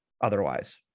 otherwise